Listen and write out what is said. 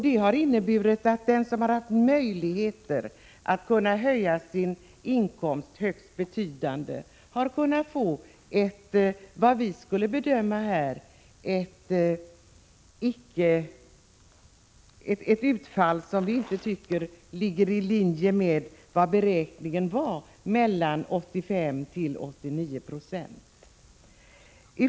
Detta har inneburit att den som haft möjlighet att höja sin inkomst högst betydligt har kunnat få vad vi skulle bedöma som ett utfall som icke ligger i linje med beräkningen för 85-89 26.